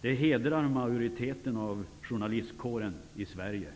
Det hedrar majoriteten av journalistkåren i Sverige